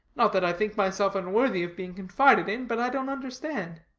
not that i think myself unworthy of being confided in, but i don't understand.